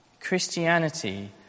Christianity